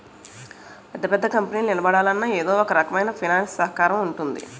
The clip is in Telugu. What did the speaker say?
పెద్ద పెద్ద కంపెనీలు నిలబడాలన్నా ఎదో ఒకరకమైన ఫైనాన్స్ సహకారం ఉంటుంది